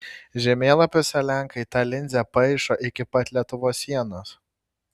žemėlapiuose lenkai tą linzę paišo iki pat lietuvos sienos